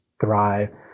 thrive